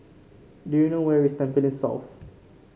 do you know where is Tampines South